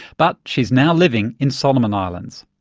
but she's now living in solomon islands.